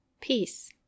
Peace